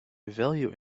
value